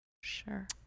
Sure